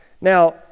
Now